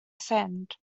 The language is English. send